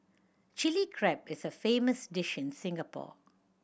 Chilli Crab is a famous dish in Singapore